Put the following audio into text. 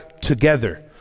together